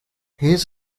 his